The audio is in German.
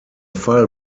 fall